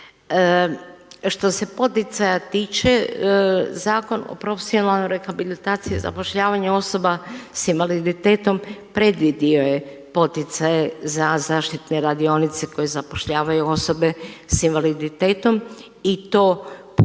Što se poticaja tiče, Zakon o profesionalnoj rehabilitaciji i zapošljavanju osoba s invaliditetom predvidio je poticaje za zaštitne radionice koje zapošljavaju osobe sa invaliditetom i to putem